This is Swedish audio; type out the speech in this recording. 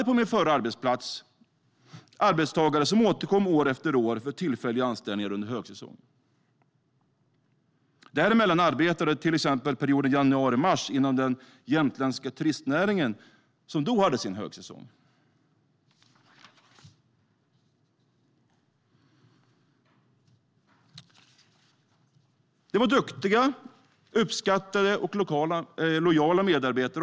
På min förra arbetsplats hade vi arbetstagare som återkom år efter år för tillfälliga anställningar under högsäsong. Däremellan arbetade de till exempel inom den jämtländska turistnäringen under perioden januari till mars, som då hade sin högsäsong. De var duktiga, uppskattade och lojala medarbetare.